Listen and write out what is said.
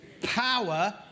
power